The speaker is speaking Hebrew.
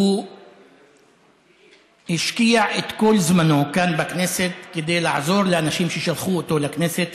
הוא השקיע את כל זמנו כאן בכנסת כדי לעזור לאנשים ששלחו אותו לכנסת,